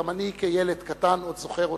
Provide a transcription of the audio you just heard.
וגם אני כילד קטן עוד זוכר אותו.